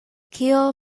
kio